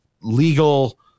legal